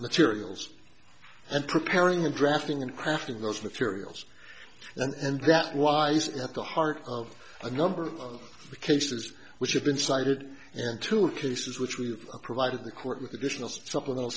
materials and preparing and drafting and crafting those materials and that wisely at the heart of a number of cases which have been cited and two cases which we've provided the court with additional supplemental